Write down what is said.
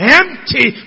empty